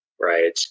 right